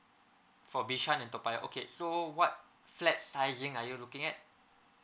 for bishan and toa payoh okay so what flat sizing are you looking at